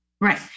Right